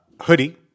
hoodie